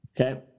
Okay